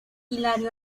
hilario